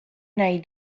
nahi